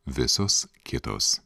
visos kitos